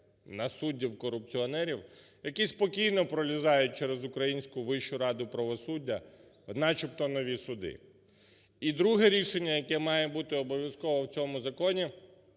на суддів-корупціонерів, які спокійно пролізають через українську Вищу раду правосуддя в начебто нові суди. І друге рішення, яке має бути обов'язкове в цьому законі.